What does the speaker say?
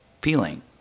feeling